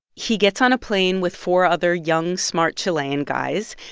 he gets on a plane with four other young, smart chilean guys.